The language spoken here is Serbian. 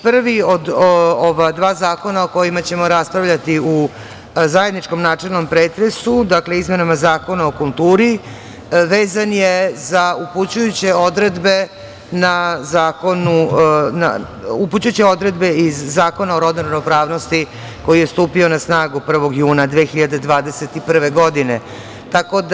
Prvi od ova dva zakona o kojima ćemo raspravljati u zajedničkom načelnom pretresu, dakle, izmenama Zakona o kulturi, vezan je za upućujuće odredbe iz Zakona o rodnoj ravnopravnosti koji je stupio na snagu 1. juna 2021. godine.